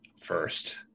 First